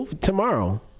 Tomorrow